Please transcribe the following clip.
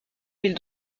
mille